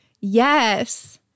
Yes